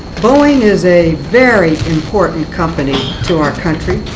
boeing is a very important company to our country.